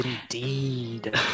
Indeed